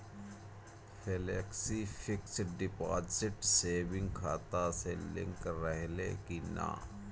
Flexi fix deposit saving खाता से link रहले कि ना?